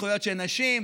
זכויות של נשים,